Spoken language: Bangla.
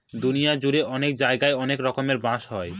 দুনিয়া জুড়ে অনেক জায়গায় অনেক রকমের বাঁশ হয়